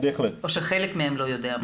או שחלק מהם לא יודע.